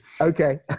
Okay